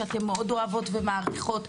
שאתן מאוד אוהבות ומעריכות,